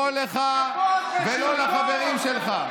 לא לך ולא לחברים שלך.